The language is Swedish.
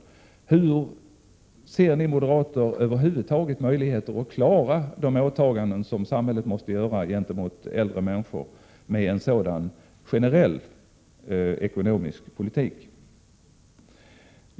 Hur ser ni moderater över huvud taget möjligheter att klara de åtaganden som samhället måste göra gentemot äldre människor med en sådan generell ekonomisk politik?